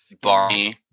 Barney